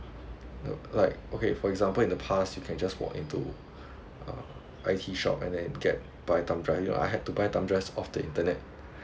no like okay for example in the past you can just walk in to uh I_T shop and then get buy thumb drive you know I had to buy thumb drives off the internet